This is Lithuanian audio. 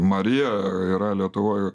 marija yra lietuvoj